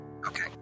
Okay